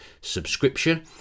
subscription